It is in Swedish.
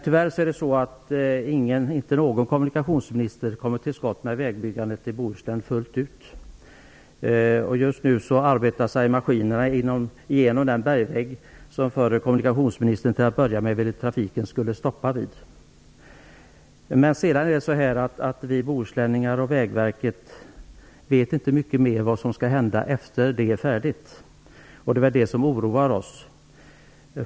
Tyvärr kommer ingen kommunikationsminister till skott med vägbyggandet i Bohuslän fullt ut. Just nu arbetar sig maskinerna igenom den bergvägg som förre kommunikationsministern till att börja med ville att trafiken skulle stoppa vid. Vi bohuslänningar och Vägverket vet inte mycket mer om vad som skall hända efter det att detta arbete är färdigt. Det är det som oroar oss.